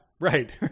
right